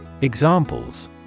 Examples